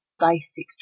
basic